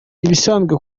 ibisanzwe